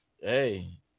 Hey